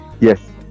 yes